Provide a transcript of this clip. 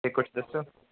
ਅਤੇ ਕੁਛ ਦੱਸੋ